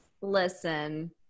Listen